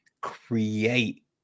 create